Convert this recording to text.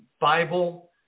Bible